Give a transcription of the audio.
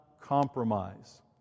compromise